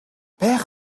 байж